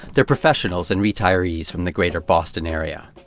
they're professionals and retirees from the greater boston area.